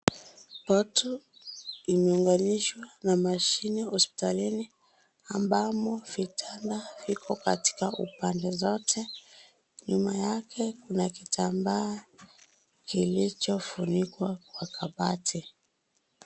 Watu imeunganishwa na mashine hospitalini ambamo vitanda viko katika upande zote. Nyuma yake Kuna kitambaa kilicho funikwa kwa kabati.